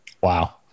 Wow